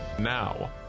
Now